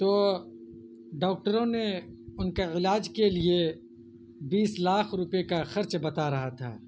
تو ڈاکٹروں نے ان کا علاج کے لیے بیس لاکھ روپے کا خرچ بتا رہا تھا